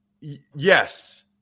yes